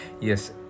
Yes